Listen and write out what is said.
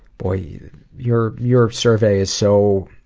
boy, yeah your your survey is so.